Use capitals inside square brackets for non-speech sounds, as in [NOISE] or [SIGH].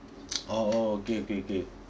[NOISE] oh oh okay okay